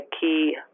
key